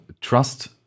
trust